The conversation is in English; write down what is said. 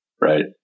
right